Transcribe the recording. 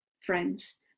friends